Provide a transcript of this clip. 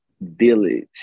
village